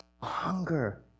hunger